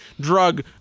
drug